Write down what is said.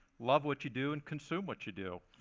love what you do and consume what you do.